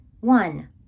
One